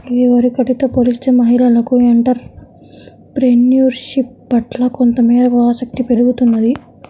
ఇదివరకటితో పోలిస్తే మహిళలకు ఎంటర్ ప్రెన్యూర్షిప్ పట్ల కొంతమేరకు ఆసక్తి పెరుగుతున్నది